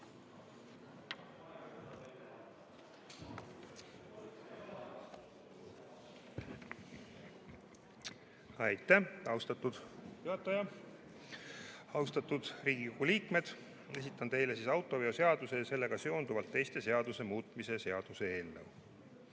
Aitäh, austatud juhataja! Austatud Riigikogu liikmed! Esitan teile autoveoseaduse ja sellega seonduvalt teiste seaduste muutmise seaduse eelnõu.